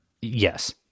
Yes